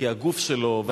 כי הגוף שלו וה,